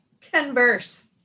converse